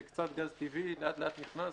קצת גז טבעי לאט לאט נכנס,